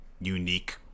unique